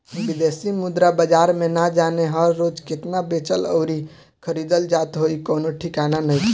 बिदेशी मुद्रा बाजार में ना जाने हर रोज़ केतना बेचल अउरी खरीदल जात होइ कवनो ठिकाना नइखे